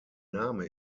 name